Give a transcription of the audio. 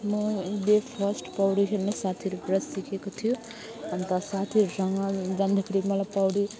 मैले फर्स्ट पौडी खेल्नु साथीहरूबाट सिकेको थियो अन्त साथीहरूसँग जान्ने कुरो मलाई पौडी